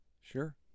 sure